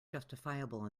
justifiable